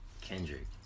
Kendrick